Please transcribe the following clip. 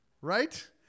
right